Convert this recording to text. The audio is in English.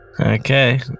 Okay